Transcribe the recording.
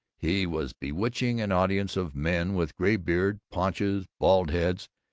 he was bewitching an audience of men with gray beards, paunches, bald heads,